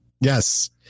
Yes